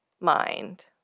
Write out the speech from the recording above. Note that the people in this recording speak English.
mind